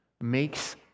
makes